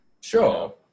Sure